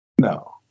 no